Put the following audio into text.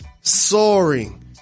soaring